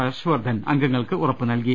ഹർഷ് വർദ്ധൻ അംഗങ്ങൾക്ക് ഉറപ്പ് നൽകി